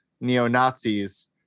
neo-Nazis